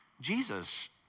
Jesus